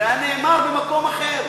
זה היה נאמר במקום אחר.